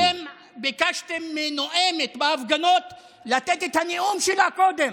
אתם ביקשתם מנואמת בהפגנות לתת את הנאום שלה קודם